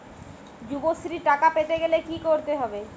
যুবশ্রীর টাকা পেতে গেলে কি করতে হবে?